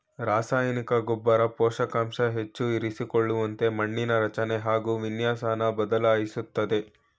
ರಸಾಯನಿಕ ಗೊಬ್ಬರ ಪೋಷಕಾಂಶನ ಹೆಚ್ಚು ಇರಿಸಿಕೊಳ್ಳುವಂತೆ ಮಣ್ಣಿನ ರಚನೆ ಹಾಗು ವಿನ್ಯಾಸನ ಬದಲಾಯಿಸ್ತದೆ